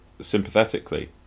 sympathetically